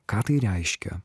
ką tai reiškia